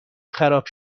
خراب